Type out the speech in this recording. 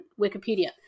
Wikipedia